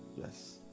Yes